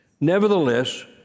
Nevertheless